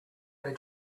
they